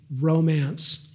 romance